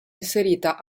inserita